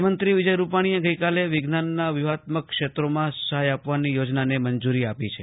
મુખ્યમંત્રી વિજયરૂપાણીએ આજે વિજ્ઞાનના વ્યુહાત્મક ક્ષેત્રોમાં સહાય આપવાની યોજનાને મંજૂરી આપી છે